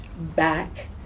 back